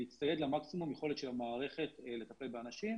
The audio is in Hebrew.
נצטייד במקסימום יכולת של המערכת לטפל באנשים,